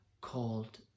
called